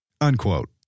unquote